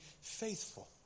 faithful